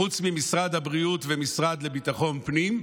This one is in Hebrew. חוץ ממשרד הבריאות והמשרד לביטחון פנים,